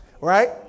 Right